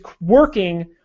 working